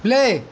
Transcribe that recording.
play